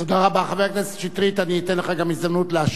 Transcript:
חבר הכנסת שטרית, אני אתן לך גם הזדמנות להשיב לי.